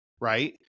right